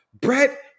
Brett